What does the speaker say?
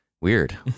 Weird